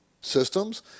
systems